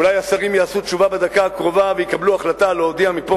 אולי השרים יעשו תשובה בדקה הקרובה ויקבלו החלטה להודיע מפה,